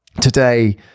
Today